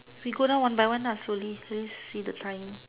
we go down one by lah slowly please see the time